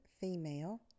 female